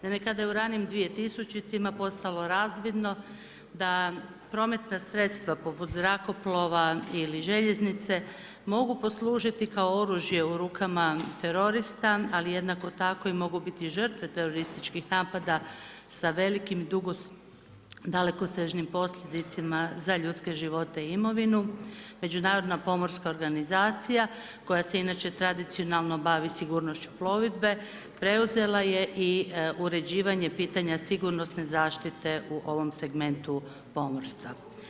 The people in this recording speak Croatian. Naime, kada je u ranim 2000.-tima postalo razvidno da prometna sredstva poput zrakoplova ili željeznice mogu poslužiti kao oružje u rukama terorista, ali jednako tako i mogu biti žrtve terorističkih napada sa velikim i dalekosežnim posljedicama za ljudske živote i imovinu, Međunarodna pomorska organizacija koja se inače tradicionalno bavi sigurnošću plovidbe, preuzela je i uređivanje pitanja sigurnosne zaštite u ovom segmentu pomorstva.